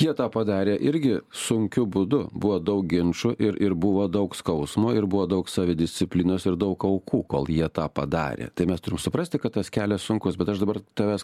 jie tą padarė irgi sunkiu būdu buvo daug ginčų ir ir buvo daug skausmo ir buvo daug savidisciplinos ir daug aukų kol jie tą padarė tai mes turim suprasti kad tas kelias sunkus bet aš dabar tavęs